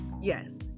Yes